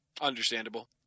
Understandable